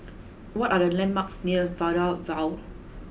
what are the landmarks near Maida Vale